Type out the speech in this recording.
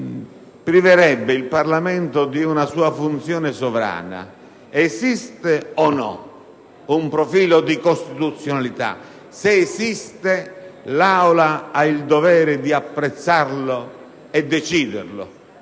priverebbe il Parlamento di una sua funzione sovrana. Esiste o no un profilo di costituzionalità? Se esiste, l'Assemblea ha il dovere di apprezzarlo e decidere